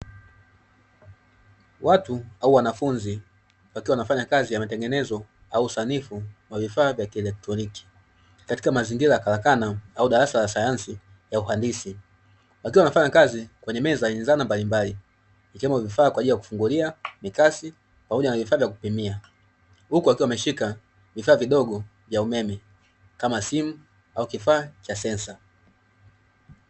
Watu au wanafunzi wakiwa wanafanya kazi ya matengenezo au usanifu wa vifaa vya kielektroniki, katika mazingira ya karakana au darasa la sayansi ya uhandisi. Wakiwa wanafanya kazi, kwenye meza yenye zana mbalimbali, ikiwemo vifaa vya kufungulia, mikasi, pamoja na vifaa vya kupimia. Huku wakiwa wameshika vifaa vidogo, vya umeme kama simu au kifaa cha sensa.